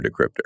decryptor